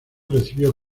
recibió